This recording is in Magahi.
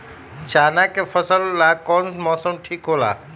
चाना के फसल ला कौन मौसम ठीक होला?